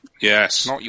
Yes